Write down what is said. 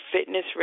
fitness